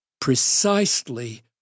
precisely